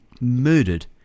murdered